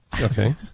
Okay